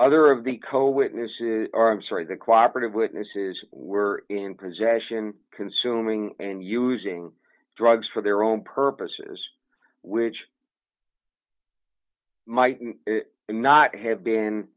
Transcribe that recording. other of the co witnesses are i'm sorry the cooperated witnesses were in possession consuming and using drugs for their own purposes which might not have been